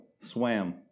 swam